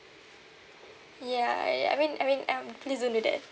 ya I I mean I mean um please don't do that